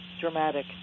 dramatic